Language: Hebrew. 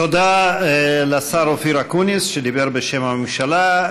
תודה לשר אופיר אקוניס, שדיבר בשם הממשלה.